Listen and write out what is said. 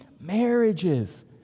marriages